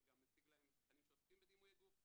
אני גם מציג להם תכנים שעוסקים בדימויי גוף,